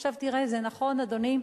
עכשיו, תראה, זה נכון, אדוני,